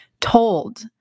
told